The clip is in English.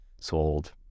sold